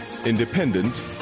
Independent